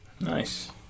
Nice